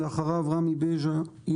ואחריו רמי בז'ה,